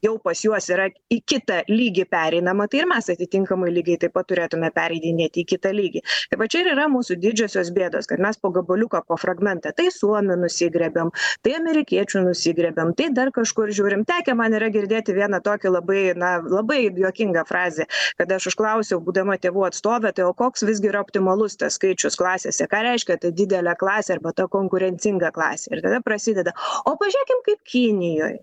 jau pas juos yra į kitą lygį pereinama tai ir mes atitinkamai lygiai taip pat turėtume pereidinėti į kitą lygį tai va čia ir yra mūsų didžiosios bėdos kad mes po gabaliuką po fragmentą tai suomių nusigriebiam tai amerikiečių nusigriebiam tai dar kažkur žiūrim tekę man yra girdėti vieną tokį labai na labai juokinga frazė kada aš užklausiau būdama tėvų atstovė tai o koks visgi yra optimalus skaičius klasėse ką reiškia ta didelė klasė arba ta konkurencinga klasė ir tada prasideda o pažiūrėkim kaip kinijoj